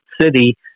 City